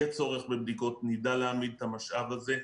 יהיה צורך בבדיקות, נדע להעמיד את המשאב הזה.